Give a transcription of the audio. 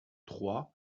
trois